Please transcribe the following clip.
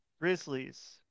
Grizzlies